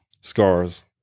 scars